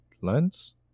Lens